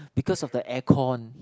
because of the aircon